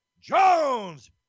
jones